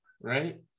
right